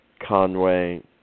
Conway